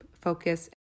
focus